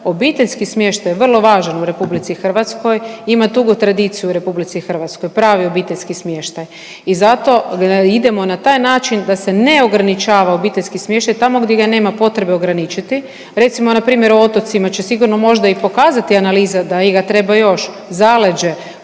Obiteljski smještaj, vrlo važan u RH ima dugu tradiciju u RH. Pravi obiteljski smještaj. I zato idemo na taj način da se ne ograničava obiteljski smještaj, tamo gdje ga nema potrebe ograničiti, recimo npr. otocima će sigurno možda i pokazati analiza da ga treba još, zaleđe,